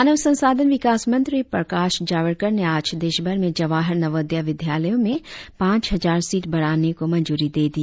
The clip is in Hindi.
मानव संसाधन विकास मंत्री प्रकाश जावड़ेकर ने आज देशभर में जवाहार नवोदया विद्यालयों में पांच हजार सीट बढ़ाने को मंजूरी दे दी